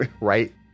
Right